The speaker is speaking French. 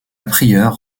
prieure